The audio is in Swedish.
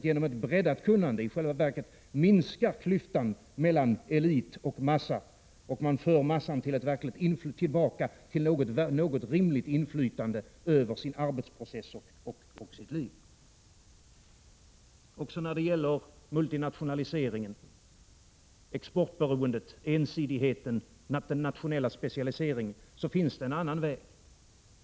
Genom ett breddat kunnande kan man i själva verket minska klyftan mellan elit och massa, och man för massan tillbaka till något rimligt inflytande över sin arbetsprocess och sitt liv. Också när det gäller multinationaliseringen, exportberoendet, ensidigheten och den nationella specialiseringen finns det en annan väg.